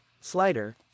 slider